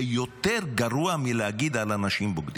זה יותר גרוע מלהגיד על אנשים בוגדים.